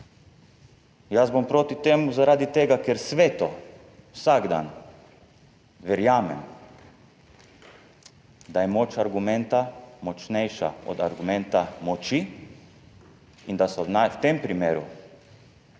Jaz bom proti temu zaradi tega, ker sveto, vsak dan verjamem, da je moč argumenta močnejša od argumenta moči in da je v tem primeru